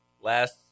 last